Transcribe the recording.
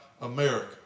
America